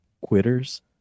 quitters